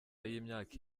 y’imyaka